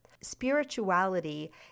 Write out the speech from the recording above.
Spirituality